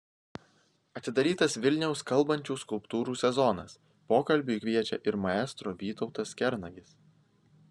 atidarytas vilniaus kalbančių skulptūrų sezonas pokalbiui kviečia ir maestro vytautas kernagis